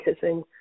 kissing